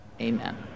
Amen